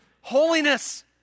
holiness